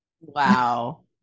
Wow